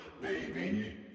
baby